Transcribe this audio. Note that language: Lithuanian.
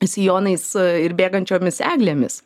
sijonais ir bėgančiomis eglėmis